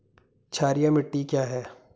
क्षारीय मिट्टी क्या है?